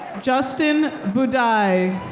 justin budhai.